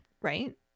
Right